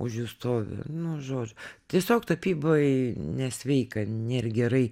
už jų stovi nu žodžiu tiesiog tapybai nesveika nėr gerai